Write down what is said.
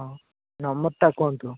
ହଁ ନମ୍ବର୍ଟା କୁହନ୍ତୁ